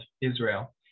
Israel